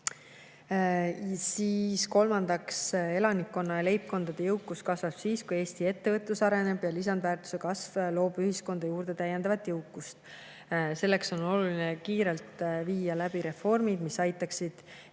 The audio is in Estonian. Kolmandaks, elanikkonna ja leibkondade jõukus kasvab siis, kui Eesti ettevõtlus areneb. Lisandväärtuse kasv loob ühiskonda juurde täiendavat jõukust. Selleks on oluline kiirelt viia läbi reformid, mis aitaksid